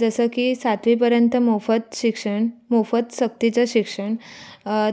जसं की सातवीपर्यंत मोफत शिक्षण मोफत सक्तीचं शिक्षण